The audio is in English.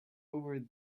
over